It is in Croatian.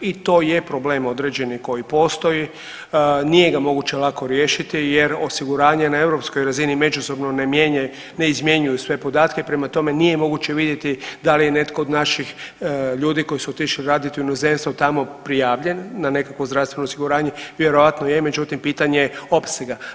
I to je problem određeni koji postoji, nije ga moguće lako riješiti jer osiguranje na europskoj razini međusobno ne mijenja, ne izmjenjuju sve podatke prema tome nije moguće vidjeti da li je netko od naših ljudi koji su otišli raditi u inozemstvo tamo prijavljen na nekakvo zdravstveno osiguranje, vjerojatno je međutim pitanje je opsega.